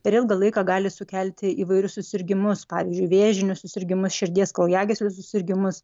per ilgą laiką gali sukelti įvairius susirgimus pavyzdžiui vėžinius susirgimus širdies kraujagyslių susirgimus